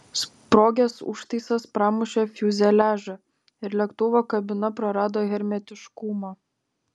sprogęs užtaisas pramušė fiuzeliažą ir lėktuvo kabina prarado hermetiškumą